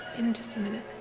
in just a minute.